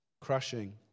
Crushing